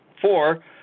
Four